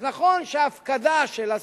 אז נכון שההפקדה של הזכות,